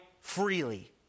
freely